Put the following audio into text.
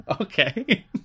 Okay